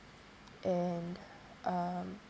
and um